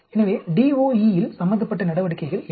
எனவே DOE இல் சம்பந்தப்பட்ட நடவடிக்கைகள் என்ன